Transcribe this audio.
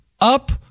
up